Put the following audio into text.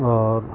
اور